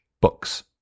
books